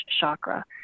chakra